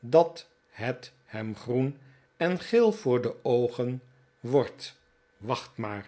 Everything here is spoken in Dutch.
dat het hem groen en geel voor de oogen wordt wacht maarl